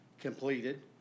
completed